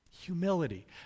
Humility